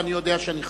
ואני יודע שאני חמור.